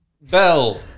bell